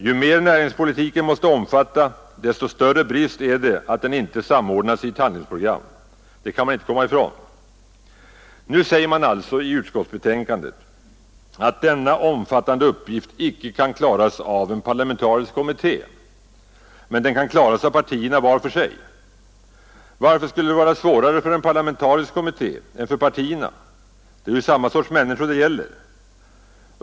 Ju mer näringspolitiken måste omfatta, desto. större brist är det att den inte samordnats i ett handlingsprogram. Det kan man inte komma ifrån. Nu säger man alltså i utskottsbetänkandet, att denna omfattande uppgift inte kan klaras av en parlamentarisk kommitté — men den kan klaras av partierna vart för sig. Varför skulle det vara svårare för en parlamentarisk kommitté än för partierna? Det är ju samma sorts människor det gäller.